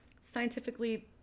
scientifically